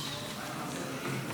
כץ.